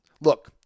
look